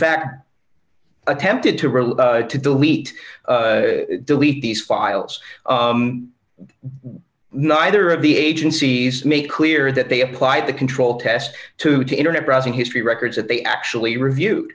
fact attempted to really to delete delete these files neither of the agencies made clear that they applied the control test to to internet browsing history records that they actually review